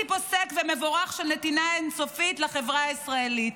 פוסק ומבורך של נתינה אין-סופית לחברה הישראלית.